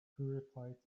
purified